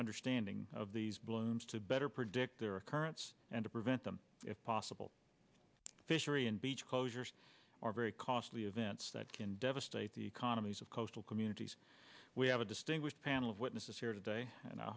understanding of these blooms to better predict their occurrence and to prevent them if possible fishery and beach closures are very costly events that can devastate the economies of coastal communities we have a distinguished panel of witnesses here today and i